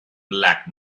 black